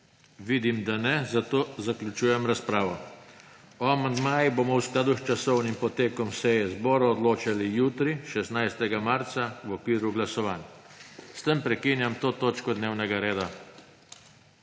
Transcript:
Vidim, da ne, zato zaključujem razpravo. O amandmajih bomo v skladu s časovnim potekom seje zbora odločali jutri, 16. marca, v okviru glasovanj. S tem prekinjam to točko dnevnega reda.